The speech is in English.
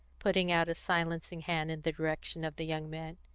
putting out a silencing hand in the direction of the young man,